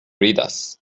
ridas